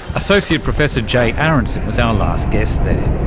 associate professor jay aronson was our last guest there.